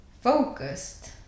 focused